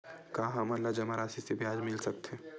का हमन ला जमा राशि से ब्याज मिल सकथे?